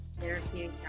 Therapy